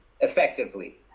effectively